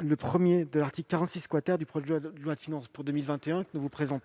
le I de l'article 46 du projet de loi de finances pour 2021. Enfin,